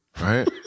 right